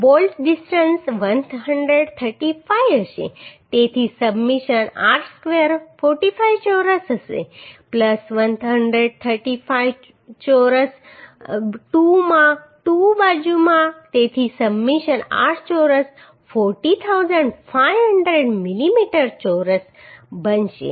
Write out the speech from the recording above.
તેથી submission r square 45 ચોરસ હશે 135 ચોરસ 2 માં 2 બાજુમાં તેથી સબમિશન r ચોરસ 40500 મિલીમીટર ચોરસ બનશે